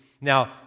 Now